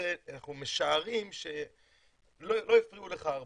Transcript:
אנחנו משערים שלא הפריעו לך הרבה.